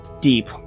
deep